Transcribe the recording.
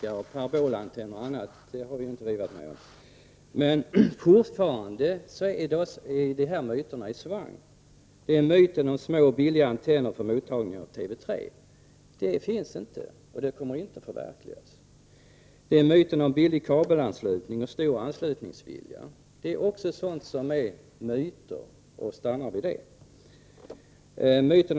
Fru talman! Parabolantenner och andra tekniska nyheter har vi inte varit med om att debattera. Fortfarande är dessa myter i svang. Det är t.ex. myten om små och billiga antenner för mottagning av TV 3. Några sådana finns inte, och kommer inte att förverkligas. Även talet om billig kabelanslutning och stor anslutningsvilja är myter, och det stannar vid det.